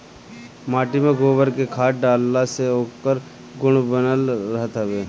माटी में गोबर के खाद डालला से ओकर गुण बनल रहत हवे